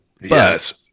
Yes